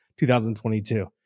2022